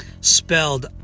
Spelled